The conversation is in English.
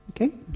okay